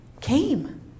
came